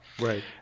Right